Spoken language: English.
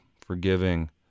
forgiving